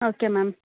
okay ma'am